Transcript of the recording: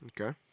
Okay